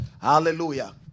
Hallelujah